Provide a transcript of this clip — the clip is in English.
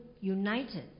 united